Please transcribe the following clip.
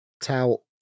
Towel